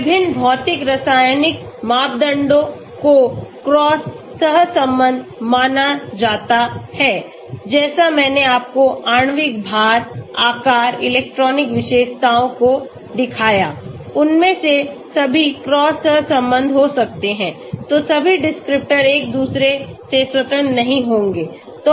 विभिन्न भौतिक रासायनिक मापदंडों को क्रॉस सहसंबद्ध माना जाता है जैसा मैंने आपको आणविक भार आकार इलेक्ट्रॉनिक विशेषताओं को दिखाया उनमें से सभी क्रॉस सहसंबद्ध हो सकते हैं तो सभी डिस्क्रिप्टर एक दूसरे से स्वतंत्र नहीं होंगे